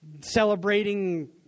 celebrating